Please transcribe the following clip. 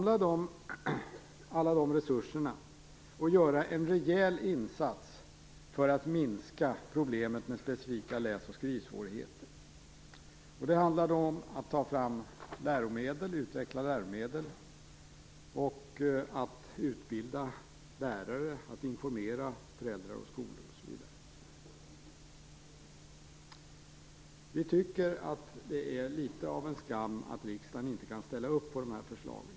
Låt oss samla alla de resurserna och göra en rejäl insats för att minska problemen med specifika läs och skrivsvårigheter. Det handlar om att ta fram och utveckla läromedel och att utbilda lärare, informera föräldrar och skolor osv. Vi tycker att det är litet av en skam att riksdagen inte kan ställa upp på dessa förslag.